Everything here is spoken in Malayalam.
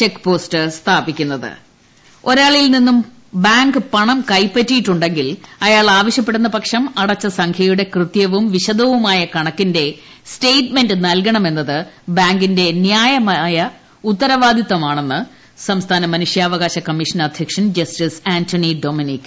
ട്ടടടടടടടടടടടടടടടട മനുഷ്യാവകാശ കമ്മീഷൻ ഒരാളിൽ നിന്നും ബാങ്ക് പണം കൈപ്പറ്റിയിട്ടുണ്ടെങ്കിൽ അയാൾ ആവശ്യ പ്പെടുന്നപക്ഷം അടച്ച സംഖ്യയുടെ കൃത്യവും വിശദവുമായ കണക്കിന്റെ സ്റ്റേറ്റ്മെന്റ് നൽകണമെന്നത് ബാങ്കിന്റെ ന്യായമായ ഉത്തരവാദിത്വമാണെന്ന് സംസ്ഥാന മനുഷ്യാവകാശ കമ്മീഷൻ അദ്ധ്യക്ഷൻ ജസ്റ്റിസ് ആന്റണി ഡൊമിനിക്